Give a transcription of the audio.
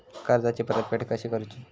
कर्जाची परतफेड कशी करुची?